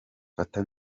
fata